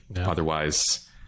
Otherwise